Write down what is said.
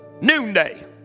noonday